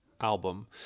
album